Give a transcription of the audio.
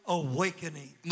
awakening